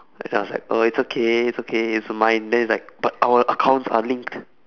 then I was like uh it's okay okay it's mine then he's like but our accounts are linked